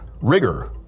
rigor